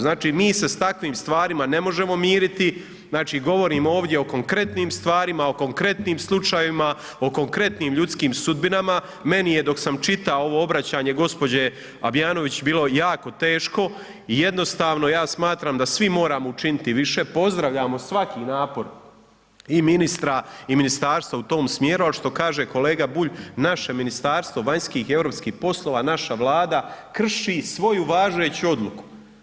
Znači mi se s takvim stvarima ne možemo miriti, znači govorim ovdje o konkretnim stvarima, o konkretnim slučajevima, o konkretnim ljudskim sudbinama, meni je dok sam čitao ovo obraćanje gospođe Abjanović bilo jako teško, i jednostavno ja smatram da svi moramo učiniti više, pozdravljamo svaki napor, i ministra, i Ministarstva u tom smjeru, al' što kaže kolega Bulj, naše Ministarstvo vanjskih i europskih poslova, naša Vlada krši svoju važeću Odluku.